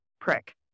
prick